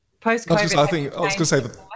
post-COVID